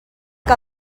que